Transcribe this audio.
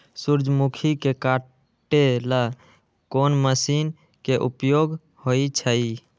सूर्यमुखी के काटे ला कोंन मशीन के उपयोग होई छइ?